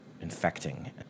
infecting